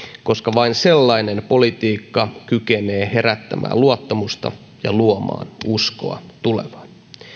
koska vain sellainen politiikka kykenee herättämään luottamusta ja luomaan uskoa tulevaan